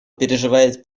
переживает